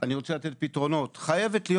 אני רוצה לתת פתרונות חייבת להיות